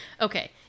Okay